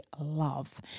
love